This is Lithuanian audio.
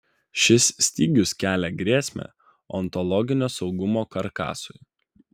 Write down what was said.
šis stygius kelia grėsmę ontologinio saugumo karkasui